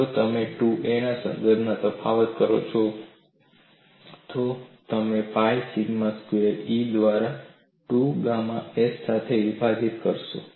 જો તમે 2a ના સંદર્ભમાં તફાવત કરો છો તો તમે આને પાઇ સિગ્મા સ્ક્વેર્ E દ્વારા 2 ગામા s સાથે વિભાજીત કરશો